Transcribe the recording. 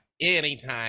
anytime